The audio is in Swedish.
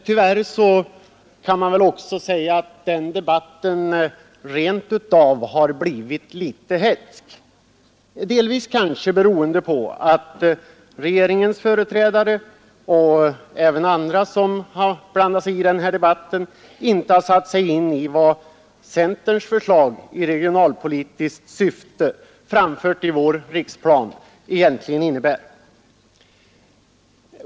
Tyvärr kan man säga att denna debatt rent av blivit litet hätsk, delvis kanske beroende på att regeringens företrädare och även andra som blandat sig i debatten inte satt sig in i vad centerns förslag i regionalpolitiskt syfte, framfört i vår riksplan, egentligen innebär.